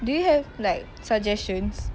do you have like suggestions